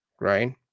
Right